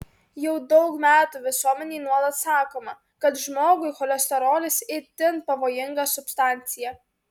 jau daug metų visuomenei nuolat sakoma kad žmogui cholesterolis itin pavojinga substancija